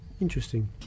Interesting